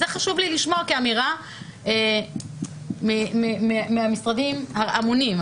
זו אמירה שחשוב לי לשמוע מהמשרדים האמונים.